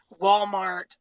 Walmart